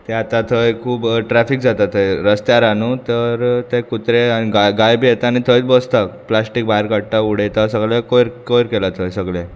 तें आतां थंय खूब ट्रॅफीक जाता थंय रस्त्यार आहा न्हू तर ते कुत्रे आनी गाय गाय बी येता आनी थंय बसता प्लास्टीक भायर काडटा उडयता सगले कोयर कोयर केला थंय सगलें